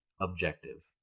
objective